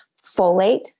folate